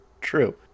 True